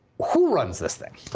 who runs this thing?